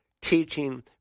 teaching